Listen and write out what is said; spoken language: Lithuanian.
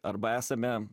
arba esame